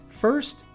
First